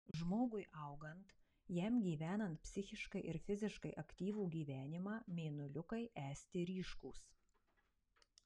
žmogui augant jam gyvenant psichiškai ir fiziškai aktyvų gyvenimą mėnuliukai esti ryškūs